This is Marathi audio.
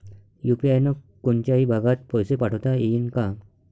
यू.पी.आय न कोनच्याही भागात पैसे पाठवता येईन का?